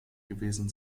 gewesen